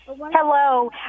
Hello